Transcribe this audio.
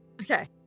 Okay